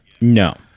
No